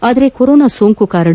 ಆದರೆ ಕೊರೊನಾ ಸೋಂಕಿನ ಕಾರಣ